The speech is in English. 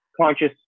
conscious